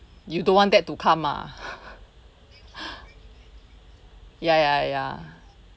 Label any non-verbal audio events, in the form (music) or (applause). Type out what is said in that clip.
you don't want that to come ah (laughs) ya ya ya